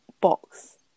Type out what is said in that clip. box